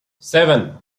seven